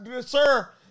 sir